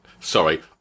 Sorry